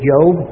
Job